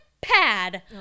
pad